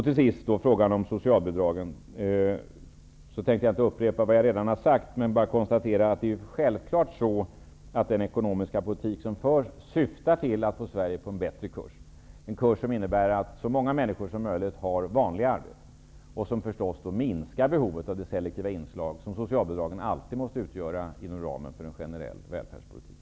När det gäller socialbidragen, syftar självfallet den förda ekonomiska politiken till att få Sverige på en bättre kurs, en kurs som innebär att så många människor som möjligt har vanliga arbeten och som minskar behovet av sådana selektiva inslag som socialbidragen alltid måste utgöra inom ramen för en generell välfärdspolitik.